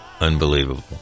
Unbelievable